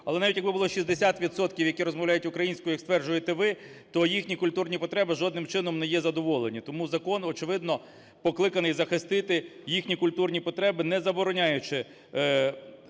але, навіть якби було 60 відсотків, які розмовляють українською, як стверджуєте ви, то їхні культурні потреби жодним чином не є задоволені. Тому закон, очевидно, покликаний захистити їхні культурні потреби, не забороняючи